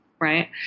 right